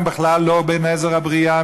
הם בכלל לא נזר הבריאה,